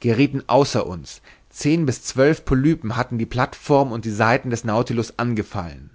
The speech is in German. geriethen außer uns zehn bis zwölf polypen hatten die plateform und die seiten des nautilus angefallen